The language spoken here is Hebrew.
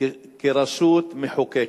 כרשות מחוקקת,